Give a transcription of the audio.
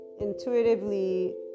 intuitively